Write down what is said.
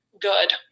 good